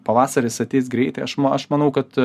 pavasaris ateis greit aš manau kad